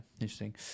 interesting